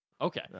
Okay